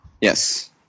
Yes